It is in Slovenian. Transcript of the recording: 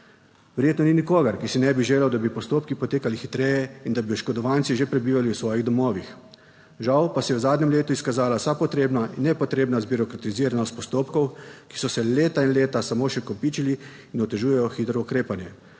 Verjetno ni nikogar, ki si ne bi želel, da bi postopki potekali hitreje in da bi oškodovanci že prebivali v svojih domovih. Žal pa se je v zadnjem letu izkazala vsa potrebna in nepotrebna zbirokratiziranost postopkov, ki so se leta in leta samo še kopičili in otežujejo hitro ukrepanje.